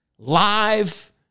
live